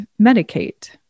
medicate